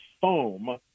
foam